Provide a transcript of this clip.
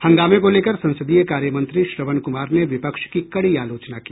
हंगामे को लेकर संसदीय कार्य मंत्री श्रवण कुमार ने विपक्ष की कड़ी आलोचना की